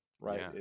right